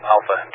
Alpha